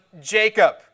Jacob